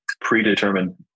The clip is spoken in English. predetermined